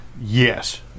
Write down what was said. yes